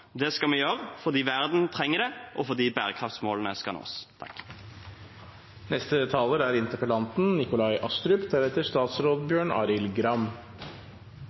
Det skal vi gjøre fordi verden trenger det, og fordi bærekraftsmålene skal nås.